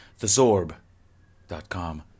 Thezorb.com